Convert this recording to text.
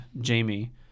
Jamie